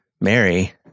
Mary